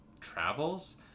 travels